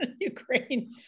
Ukraine